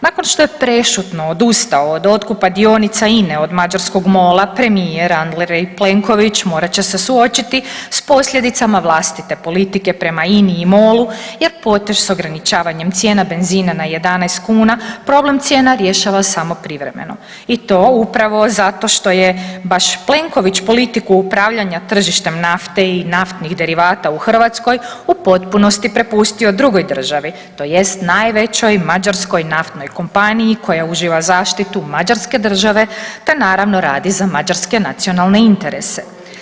Nakon što je prešutno odustao od otkupa dionica INE od mađarskog MOL-a, premijer Andrej Plenković morat će se suočiti s posljedicama vlastite politike prema INI i Mol-u, jer potez s ograničavanjem cijena benzina na 11 kuna, problem cijena rješava samo privremeno i to upravo zato što je baš Plenković politiku upravljanja tržištem nafte i naftnih derivata u Hrvatskoj u potpunosti prepustio drugoj državi, tj. najvećoj mađarskoj naftnoj kompaniji koja uživa zaštitu Mađarske države, te naravno radi za mađarske nacionalne interese.